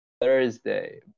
Thursday